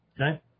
Okay